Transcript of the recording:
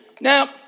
Now